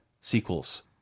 sequels